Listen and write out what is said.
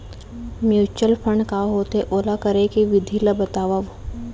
mutual fund का होथे, ओला करे के विधि ला बतावव